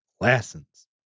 lessons